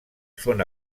són